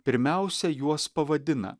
pirmiausia juos pavadina